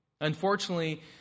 Unfortunately